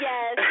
Yes